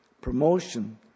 Promotion